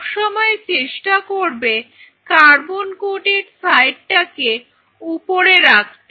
সব সময় চেষ্টা করবে কার্বন কোটেড সাইডটাকে উপরে রাখতে